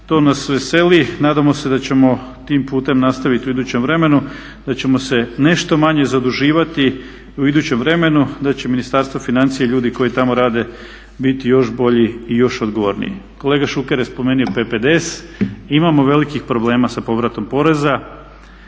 To nas veseli, nadamo se da ćemo tim putem nastaviti u idućem vremenu, da ćemo se nešto manje zaduživati u idućem vremenu, da će Ministarstvo financija i ljudi koji tamo rade biti još bolji i još odgovorniji. Kolega Šuker je spomenuo PPDS, imamo velikih problema sa povratom poreza.